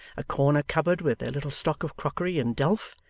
a corner cupboard with their little stock of crockery and delf,